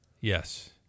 Yes